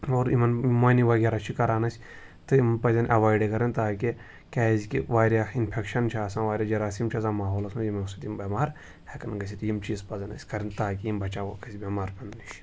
اور یِمَن مۄنہِ وغیرہ چھِ کَران أسۍ تہٕ یِم پَزٮ۪ن اٮ۪وایڈَے کَرٕنۍ تاکہِ کیٛازِکہِ واریاہ اِنفٮ۪کشَن چھُ آسان واریاہ جَراسیٖم چھُ آسان ماحولَس منٛز یِمو سۭتۍ یِم بٮ۪مار ہٮ۪کَن گٔژھِتھ یِم چیٖز پَزَن اَسہِ کَرٕنۍ تاکہِ یِم بَچاووکھ أسۍ بٮ۪مار پٮ۪نہٕ نِش